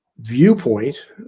viewpoint